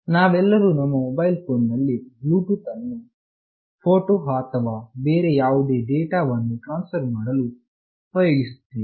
ನಾವೆಲ್ಲರೂ ನಮ್ಮ mobile phone ನಲ್ಲಿ ಬ್ಲೂಟೂತ್ ಅನ್ನು ಫೋಟೋ ಅನ್ನು ಅಥವಾ ಬೇರೆ ಯಾವುದೇ ಡೇಟಾ ವನ್ನು ಟ್ರಾನ್ಸ್ಫರ್ ಮಾಡಲು ಉಪಯೋಗಿಸಿರುತ್ತೇವೆ